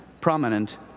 prominent